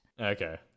Okay